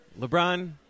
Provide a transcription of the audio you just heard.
LeBron